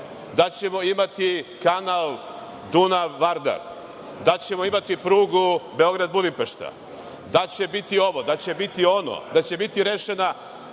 da ćemo imati kanal Dunav – Vardar, da ćemo imati prugu Beograd – Budimpešta, da će biti ovo, da će biti ono, da će biti rešena